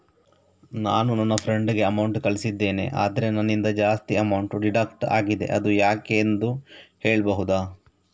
ನಾನು ನನ್ನ ಫ್ರೆಂಡ್ ಗೆ ಅಮೌಂಟ್ ಕಳ್ಸಿದ್ದೇನೆ ಆದ್ರೆ ನನ್ನಿಂದ ಜಾಸ್ತಿ ಅಮೌಂಟ್ ಡಿಡಕ್ಟ್ ಆಗಿದೆ ಅದು ಯಾಕೆಂದು ಹೇಳ್ಬಹುದಾ?